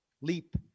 Leap